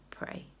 pray